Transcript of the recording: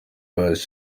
pius